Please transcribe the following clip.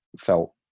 felt